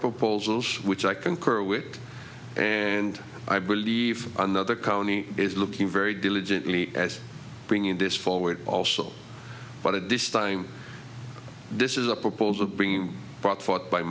proposals which i concur with and i believe another county is looking very diligently as bringing this forward also but at this time this is a proposal being brought forth by